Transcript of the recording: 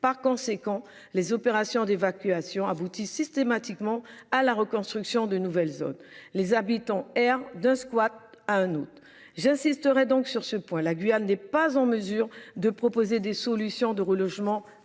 par conséquent les opérations d'évacuation aboutit systématiquement à la reconstruction de nouvelles zones les habitants errent de squat à un autre j'insisterai donc sur ce point la Guyane n'est pas en mesure de proposer des solutions de relogement